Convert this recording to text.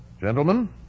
Gentlemen